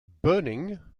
burning